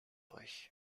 euch